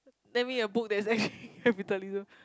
name me a book that's actually capitalism